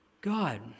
God